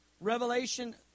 Revelation